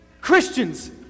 Christians